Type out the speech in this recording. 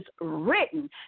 written